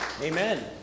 Amen